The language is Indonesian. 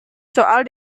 soal